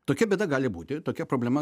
tokia bėda gali būti tokia problema